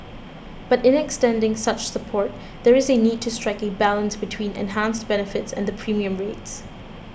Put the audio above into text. but in extending such support there is a need to strike a balance between enhanced benefits and the premium rates